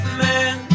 man